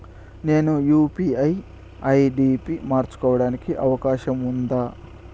నేను UPI ID పి మార్చుకోవడానికి అవకాశం ఉందా?